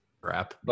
Crap